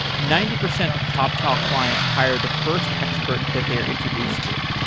ninety percent of toptal clients hire the first expert that they're introduced to.